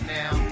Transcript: now